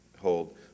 hold